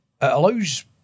allows